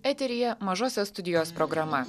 eteryje mažosios studijos programa